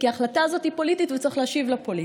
כי ההחלטה הזאת היא פוליטית וצריך להשיב לה פוליטית.